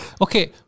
Okay